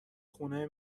خونه